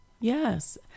Yes